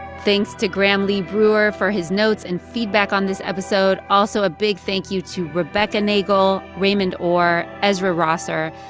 thanks to graham lee brewer for his notes and feedback on this episode. also, a big thank you to rebecca nagle, raymond orr, ezra rosser,